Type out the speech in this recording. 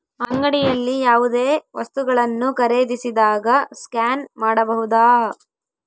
ಅಂಗಡಿಯಲ್ಲಿ ಯಾವುದೇ ವಸ್ತುಗಳನ್ನು ಖರೇದಿಸಿದಾಗ ಸ್ಕ್ಯಾನ್ ಮಾಡಬಹುದಾ?